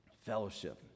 Fellowship